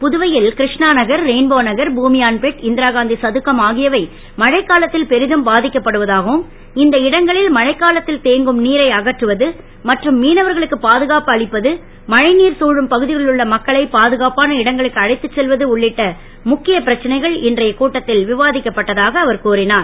புதுவை ல் கிரு ணாநகர் ரெ ன்போ நகர் பூமியான்பேட் இந் ராகாந் சதுக்கம் ஆகியவை மழைக் காலத் ல் பெரிதும் பா க்கப்படுவதாகவும் இந்த இடங்களில் மழைக்காலத் ல் தேங்கும் நீரை அகற்றுவது மற்றும் மீனவர்களுக்கு பாதுகாப்பு அளிப்பது மழை நீரால் தழும் பகு களில் உள்ள மக்களை பாதுகாப்பான இடங்களுக்கு அழைத்துச் செல்வது உள்ளிட்ட முக்கிய பிரச்சனைகள் இன்றைய கூட்டத் ல் விவா க்கப்பட்டதாக அவர் கூறினார்